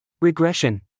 Regression